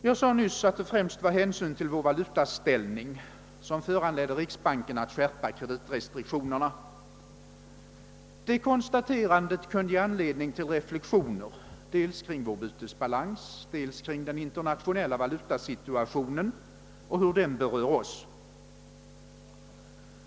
Jag sade nyss att det främst var hänsyn till vår valutaställning som föranledde riksbanken att skärpa kreditrestriktionerna. Det konstaterandet skulle kunna ge anledning till reflexioner dels kring vår bytesbalans, dels kring den internationella valutasituationen och hur den berör oss.